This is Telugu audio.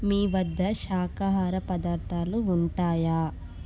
మీ వద్ద శాకాహార పదార్థాలు ఉంటాయా